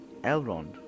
Elrond